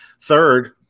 Third